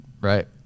Right